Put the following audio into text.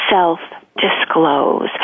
self-disclose